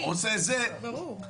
ברור.